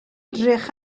edrych